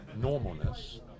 normalness